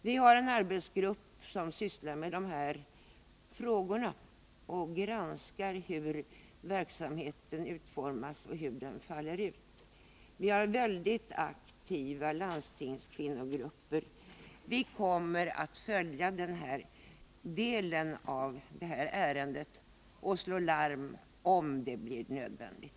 Vi har en arbetsgrupp som sysslar med denna fråga och som har till uppgift att granska hur verksamheten utformas och faller ut. Vi har dessutom mycket aktiva landstingskvinnogrupper. Vi kommer således att följa denna del av detta ärende och slå larm, om det blir nödvändigt.